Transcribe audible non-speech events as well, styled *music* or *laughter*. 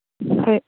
ᱦᱚᱭ *unintelligible*